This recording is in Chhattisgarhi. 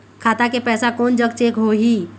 खाता के पैसा कोन जग चेक होही?